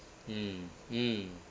mm mm